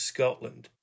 Scotland